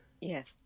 Yes